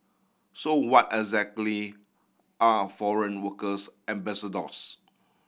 so what exactly are foreign workers ambassadors